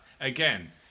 again